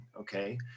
okay